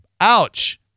Ouch